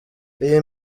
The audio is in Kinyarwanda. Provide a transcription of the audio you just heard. iyi